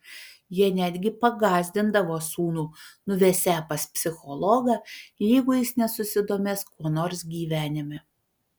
jie netgi pagąsdindavo sūnų nuvesią pas psichologą jeigu jis nesusidomės kuo nors gyvenime